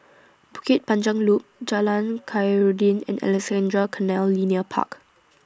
Bukit Panjang Loop Jalan Khairuddin and Alexandra Canal Linear Park